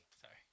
sorry